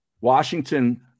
Washington